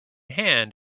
hand